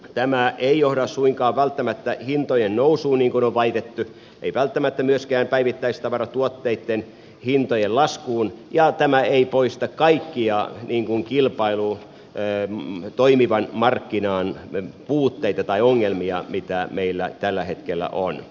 tämä ei johda suinkaan välttämättä hintojen nousuun niin kuin on väitetty ei välttämättä myöskään päivittäistavaratuotteitten hintojen laskuun ja tämä ei poista kaikkia kilpailun toimivan markkinan puutteita tai ongelmia mitä meillä tällä hetkellä on